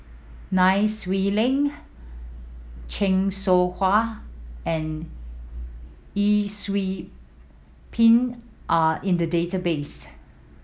Nai Swee Leng Chan Soh Ha and Yee Siew Pun are in the database